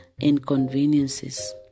inconveniences